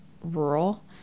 rural